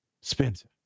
Spencer